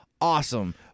awesome